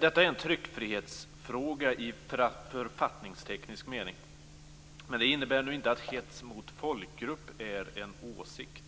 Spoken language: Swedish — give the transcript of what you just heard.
Detta är en tryckfrihetsfråga i författningsteknisk mening, men det innebär inte att hets mot folkgrupp är en åsikt.